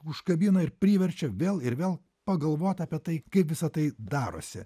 užkabina ir priverčia vėl ir vėl pagalvot apie tai kaip visa tai darosi